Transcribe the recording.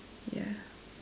ya